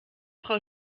frau